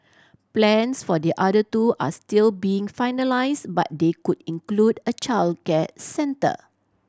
plans for the other two are still being finalised but they could include a childcare centre